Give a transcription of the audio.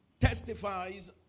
testifies